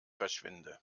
verschwinde